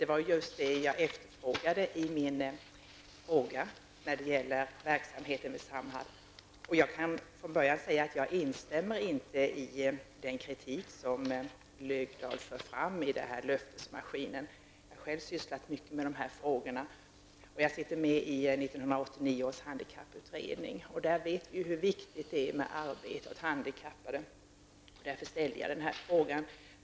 Det var just det jag efterlyste i min fråga om verksamheten vid Jag kan från början säga att jag inte instämmer i Jag sitter med i 1999 års handikapputredning och har sysslat mycket med dessa frågor. Vi vet hur viktigt det är att de handikappade har arbete. Det var därför jag ställde frågan.